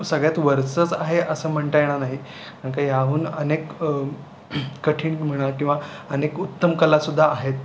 सगळ्यात वरचंच आहे असं म्हणता येणार आहे कारण का याहून अनेक कठीण म्हणा किंवा अनेक उत्तम कलासुद्धा आहेत